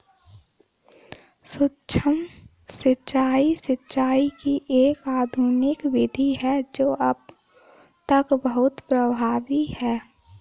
सूक्ष्म सिंचाई, सिंचाई की एक आधुनिक विधि है जो अब तक बहुत प्रभावी है